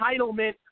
entitlement